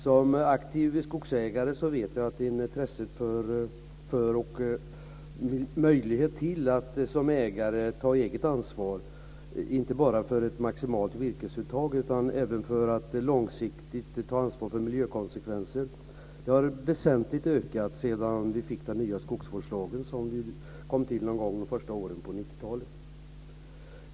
Som aktiv skogsägare vet jag att intresset för och möjligheter till att som ägare ta eget ansvar, inte bara för ett maximalt virkesuttag utan även för att långsiktigt ta ansvar för miljökonsekvenser, väsentligt har ökat sedan vi fick den nya skogsvårdslagen någon gång under de första åren av 90-talet.